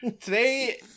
today